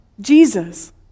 Jesus